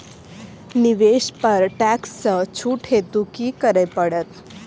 निवेश पर टैक्स सँ छुट हेतु की करै पड़त?